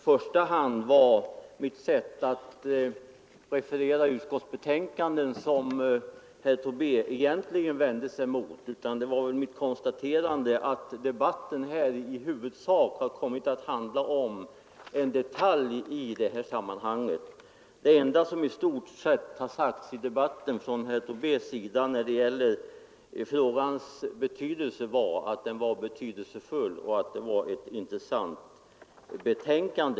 Herr talman! Det kanske inte i första hand var mitt sätt att referera utskottsbetänkandet som herr Tobé egentligen vände sig mot, utan det var väl mitt konstaterande att debatten här i huvudsak har kommit att handla om en detalj i sammanhanget. Det i stort sett enda som herr Tobé har sagt i debatten när det gäller frågans betydelse är att den är betydelsefull och att det är ett intressant betänkande.